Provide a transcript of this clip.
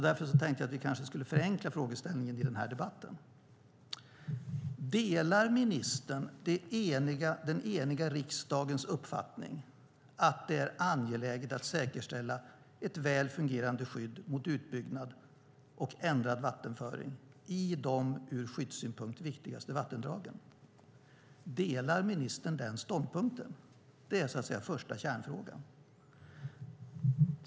Därför förenklar jag frågeställningen i den här debatten: Delar ministern den eniga riksdagens uppfattning att det är angeläget att säkerställa ett väl fungerande skydd mot utbyggnad och ändrad vattenföring i de ur skyddssynpunkt viktigaste vattendragen? Delar ministern den ståndpunkten? Det är den första kärnfrågan.